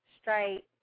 straight